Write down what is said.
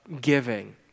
giving